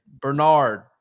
Bernard